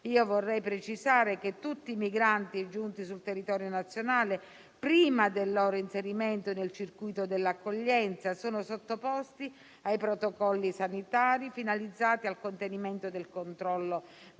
vorrei precisare che tutti i migranti giunti sul territorio nazionale, prima del loro inserimento nel circuito dell'accoglienza, sono sottoposti ai protocolli sanitari finalizzati al contenimento del contagio